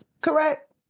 correct